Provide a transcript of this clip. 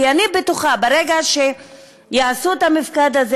כי אני בטוחה שברגע שיעשו את המפקד הזה